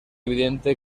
evidente